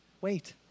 wait